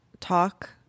talk